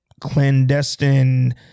clandestine